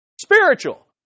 Spiritual